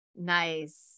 Nice